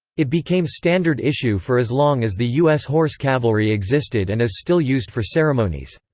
it became standard issue for as long as the u s. horse cavalry existed and is still used for ceremonies.